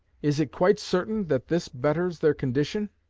is it quite certain that this betters their condition?